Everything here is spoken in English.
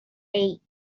eight